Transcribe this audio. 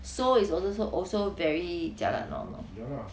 seoul is also also very jialat you know or not